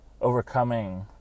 overcoming